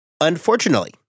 Unfortunately